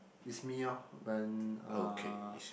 is me orh then uh